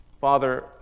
Father